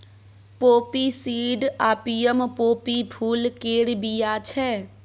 poppy seed opium poppy फुल केर बीया छै